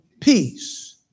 peace